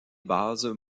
bases